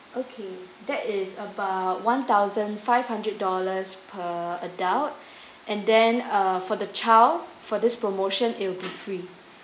okay that is about one thousand five hundred dollars per adult and then uh for the child for this promotion it'll be free